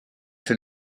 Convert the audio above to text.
fait